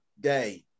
day